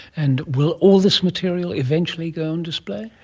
and will all this material eventually go on display?